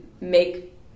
make